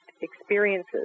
experiences